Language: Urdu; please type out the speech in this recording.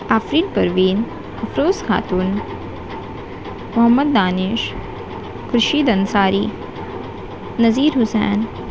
آفرین پروین افروز خاتون محمد دانش خورشید انصاری نظیر حسین